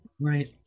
Right